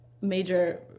major